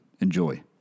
enjoy